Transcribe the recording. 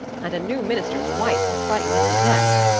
and a new minister's wife will frighten him to death.